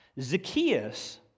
Zacchaeus